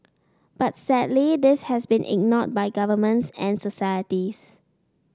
but sadly this has been ignored by governments and societies